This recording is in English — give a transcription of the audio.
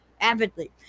avidly